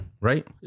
right